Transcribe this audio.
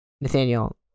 Nathaniel